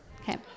Okay